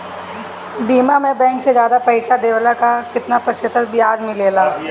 बीमा में बैंक से ज्यादा पइसा देवेला का कितना प्रतिशत ब्याज मिलेला?